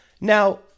Now